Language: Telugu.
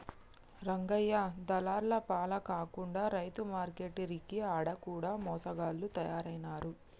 రంగయ్య దళార్ల పాల కాకుండా రైతు మార్కేట్లంటిరి ఆడ కూడ మోసగాళ్ల తయారైనారు